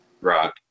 right